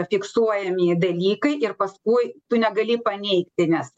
fiksuojami dalykai ir paskui tu negali paneigti nes